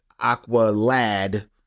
Aqualad